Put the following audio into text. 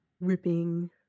ripping